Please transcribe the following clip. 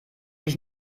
sich